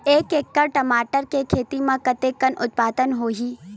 एक एकड़ टमाटर के खेती म कतेकन उत्पादन होही?